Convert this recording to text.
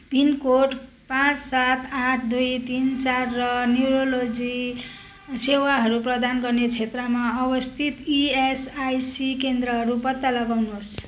pin code पाँच सात आठ दुई तिन चार र न्युरोलोजी सेवाहरू प्रदान गर्ने क्षेत्रमा अवस्थित इएसआइसी केन्द्रहरू पत्ता लगाउनुहोस्